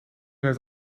heeft